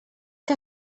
que